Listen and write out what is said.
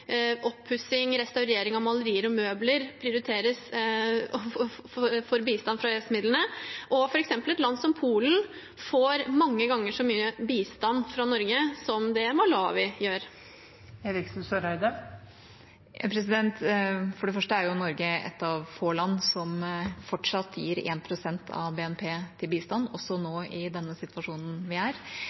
restaurering av malerier og møbler prioriteres for bistand fra EØS-midlene, og f.eks. et land som Polen får mange ganger så mye bistand fra Norge som det Malawi gjør? For det første er Norge ett av få land som fortsatt gir 1 pst. av BNP til bistand, også nå, i den situasjonen vi er